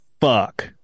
fuck